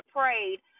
prayed